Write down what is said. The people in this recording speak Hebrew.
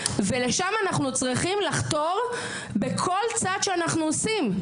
ולשם אנחנו צריכים לחתור בכל צעד שאנחנו עושים.